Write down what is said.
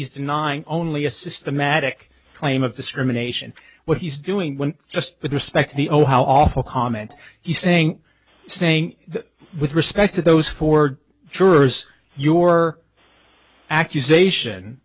denying only a systematic claim of discrimination what he's doing when just with respect to the oh how awful comment you saying saying with respect to those four jurors your accusation